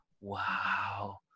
wow